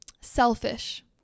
selfish